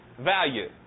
value